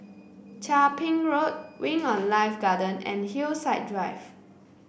Chia Ping Road Wing On Life Garden and Hillside Drive